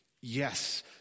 yes